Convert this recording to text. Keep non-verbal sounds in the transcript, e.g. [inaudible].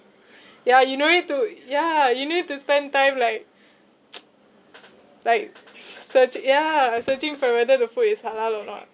ya you no need to ya you no need to spend time like [noise] like s~ search ya like searching for whether the food is halal or not